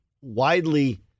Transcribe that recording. widely